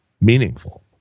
meaningful